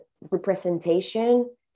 representation